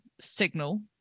signal